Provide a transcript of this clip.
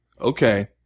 Okay